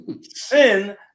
Sin